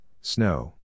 snow